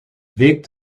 weg